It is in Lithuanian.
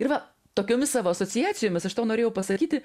ir va tokiomis savo asociacijomis aš tau norėjau pasakyti